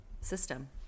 system